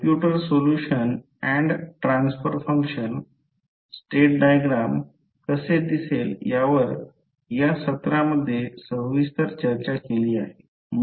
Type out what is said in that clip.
computer simulation and transfer function state diagram कसे दिसेल यावर या सत्रा मधे सविस्तर चर्चा केली आहे